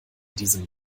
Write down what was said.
diesem